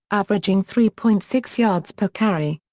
averaging three point six yards per carry.